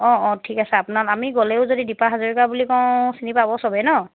অঁ অঁ ঠিক আছে আপোনাক আমি গ'লেও যদি দীপা হাজৰিকা বুলি কওঁ চিনি পাব চবেই ন